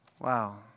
Wow